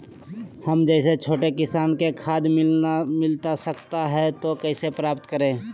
हम जैसे छोटे किसान को खाद मिलता सकता है तो कैसे प्राप्त करें?